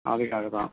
அதுக்காக தான்